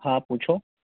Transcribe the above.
હા પૂછો